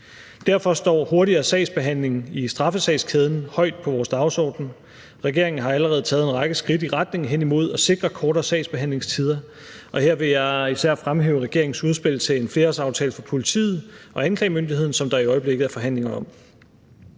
Derfor står hurtigere sagsbehandling i straffesagskæden højt på vores dagsorden. Regeringen har allerede taget en række skridt i retning hen imod at sikre kortere sagsbehandlingstider, og her vil jeg især fremhæve regeringens udspil til en flerårsaftale for politiet og anklagemyndigheden, som der i øjeblikket er forhandlinger om.